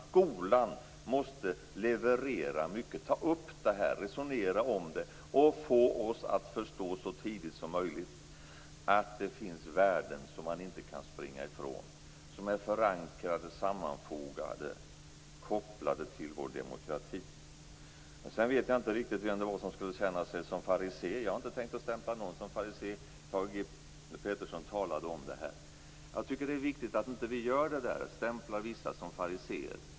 Skolan måste ta upp frågorna och resonera om dem och så tidigt som möjligt få oss att förstå att det finns värden som man inte kan springa ifrån och som är förankrade i, sammanfogade med och kopplade till vår demokrati. Jag vet inte riktigt vem det var som skulle känna sig som farisé. Jag har inte tänkt att stämpla någon som farisé. Thage G Peterson talade om det här. Jag tycker att det är viktigt att vi inte stämplar vissa som fariséer.